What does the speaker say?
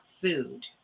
food